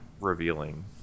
revealing